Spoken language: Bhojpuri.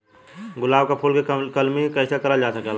गुलाब क फूल के कलमी कैसे करल जा सकेला?